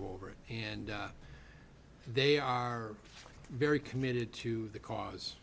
go over it and they are very committed to the cause